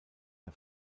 der